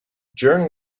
during